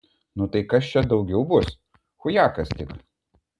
nu tai kas čia daugiau bus chujakas tik